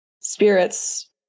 spirits